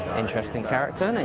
interesting character. and